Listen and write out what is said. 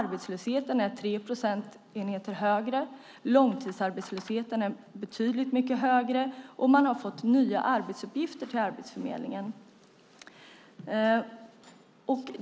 Arbetslösheten är 3 procentenheter högre, långtidsarbetslösheten är betydligt högre och man har fått nya arbetsuppgifter till Arbetsförmedlingen.